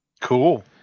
cool